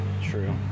true